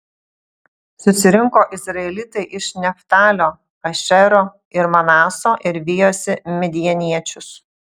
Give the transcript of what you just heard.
susirinko izraelitai iš neftalio ašero ir manaso ir vijosi midjaniečius